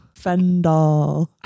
Fendal